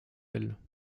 elle